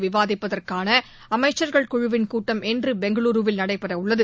விவாதிப்பதற்கான அமைச்சர்கள் குழுவின் கூட்டம் இன்று பெங்களூருவில் நடைபெறவுள்ளது